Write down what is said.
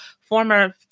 former